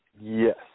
Yes